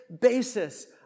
basis